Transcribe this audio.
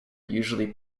usually